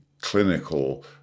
clinical